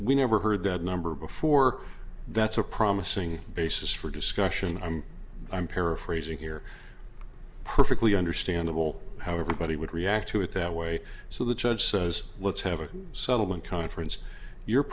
we never heard that number before that's a promising basis for discussion i'm i'm paraphrasing here perfectly understandable how everybody would react to it that way so the judge says let's have a settlement conference you're